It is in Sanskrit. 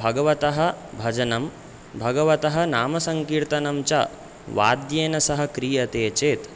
भगवतः भजनं भगवतः नामसङ्कीर्तनं च वाद्येन सह क्रीयते चेत्